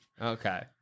Okay